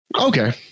okay